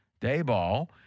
Dayball